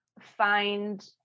find